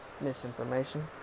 misinformation